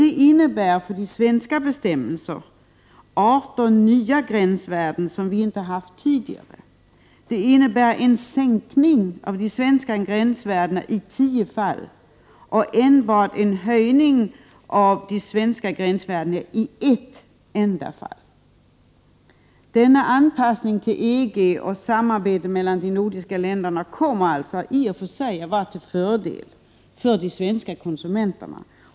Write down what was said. Det innebär för de svenska bestämmelsernas del att 18 nya gränsvärden införs som vi inte haft tidigare. Det innebär en sänkning av de svenska gränsvärdena i tio fall och en höjning av de svenska gränsvärdena i ett enda fall. Denna anpassning till EG och samarbetet mellan de nordiska länderna kommer alltså i och för sig att vara till fördel för de svenska konsumenterna.